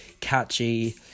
catchy